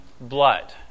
blood